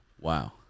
Wow